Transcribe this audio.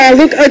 look